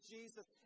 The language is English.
Jesus